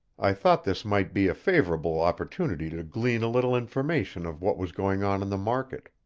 i thought this might be a favorable opportunity to glean a little information of what was going on in the market.